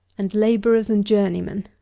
and labourers and journeymen.